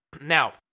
Now